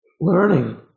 learning